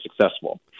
successful